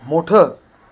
मोठं